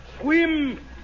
swim